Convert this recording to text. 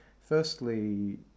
Firstly